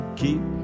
keep